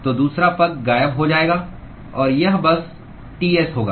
तो दूसरा पद गायब हो जाएगा और यह बस Ts होगा